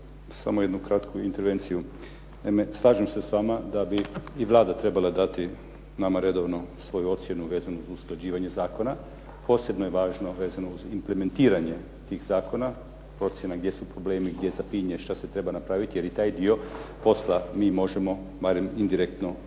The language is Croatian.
samo jednu kratku intervenciju. Naime, slažem se s vama da bi i Vlada trebala dati nama redovno svoju ocjenu vezanu za usklađivanje zakona. Posebno je važno vezano uz implementiranje tih zakona, procjena gdje su problemi, gdje zapinje, što se treba napraviti, jer i taj dio posla mi možemo, barem indirektno pomoći